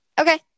Okay